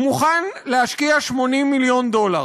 הוא מוכן להשקיע 80 מיליון דולר.